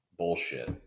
bullshit